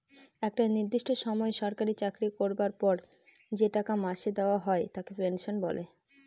একটা নির্দিষ্ট সময় সরকারি চাকরি করবার পর যে টাকা মাসে দেওয়া হয় তাকে পেনশন বলে